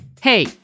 Hey